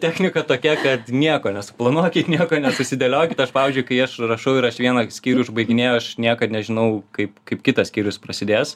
technika tokia kad nieko nesuplanuokit nieko nesusidėliokit aš pavyzdžiui kai aš rašau ir aš vieną skyrių užbaiginėju aš niekad nežinau kaip kaip kitas skyrius prasidės